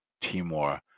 Timor